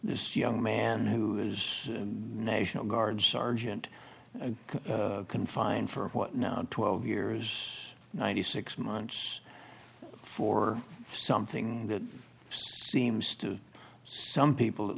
this young man who is national guard sergeant confined for what now twelve years ninety six months for something that seems to some people at